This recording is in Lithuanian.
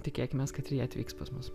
tikėkimės kad ir jie atvyks pas mus